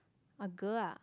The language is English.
orh girl ah